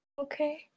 Okay